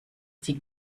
die